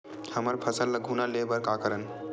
हमर फसल ल घुना ले बर का करन?